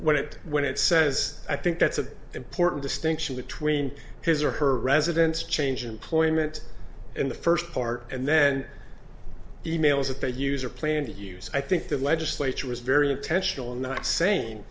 t it when it says i think that's an important distinction between his or her residence change employment in the first part and then e mails that they use or plan to use i think the legislature was very intentional in not sa